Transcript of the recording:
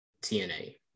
TNA